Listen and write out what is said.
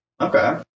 Okay